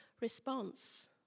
response